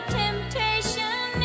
temptation